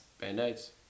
Band-aids